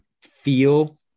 feel